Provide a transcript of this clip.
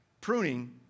pruning